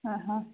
ആ ഹാ